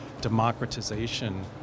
democratization